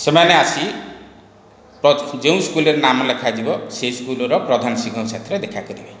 ସେମାନେ ଆସି ଯେଉଁ ସ୍କୁଲରେ ନାମ ଲେଖାଯିବ ସେ ସ୍କୁଲର ପ୍ରଧାନଶିକ୍ଷକଙ୍କ ସାଥିରେ ଦେଖା କରିବେ